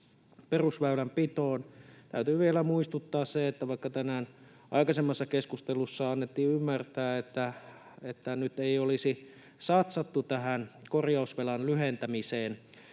perusväylänpitoon. Täytyy vielä muistuttaa siitä, että vaikka tänään aikaisemmassa keskustelussa annettiin ymmärtää, että nyt ei olisi satsattu korjausvelan lyhentämiseen